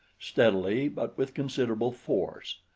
steadily but with considerable force.